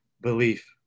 belief